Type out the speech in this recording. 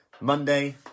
Monday